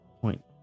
point